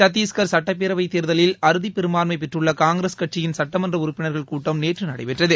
சத்தீஸ்கர் சட்டப்பேரவைத் தேர்தலில் அறுதிப்பெரும்பான்மை பெற்றுள்ள காங்கிரஸ் கட்சியின் சட்டமன்ற உறுப்பினர்கள் கூட்டம் நேற்று நடைபெற்றது